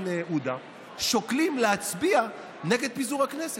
עודה שוקלים להצביע נגד פיזור הכנסת?